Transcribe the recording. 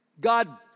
God